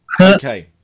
Okay